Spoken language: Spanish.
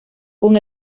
con